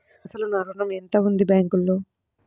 అసలు నా ఋణం ఎంతవుంది బ్యాంక్లో?